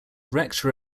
rector